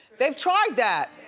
they've tried that!